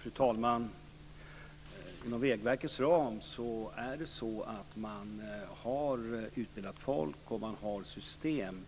Fru talman! Inom Vägverkets ram har man utbildat folk och system